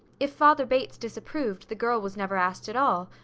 if father bates disapproved, the girl was never asked at all.